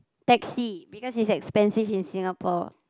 taxi because it's expensive in Singapore